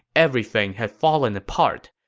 everything had fallen apart.